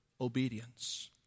obedience